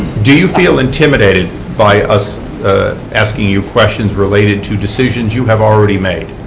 do you feel intimidated by us asking you questions related to decisions you have already made?